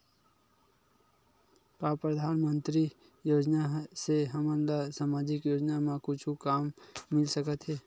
का परधानमंतरी योजना से हमन ला सामजिक योजना मा कुछु काम मिल सकत हे?